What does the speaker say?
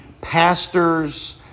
pastors